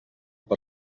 per